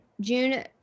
June